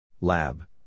Lab